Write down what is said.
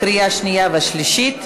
קריאה שנייה ושלישית,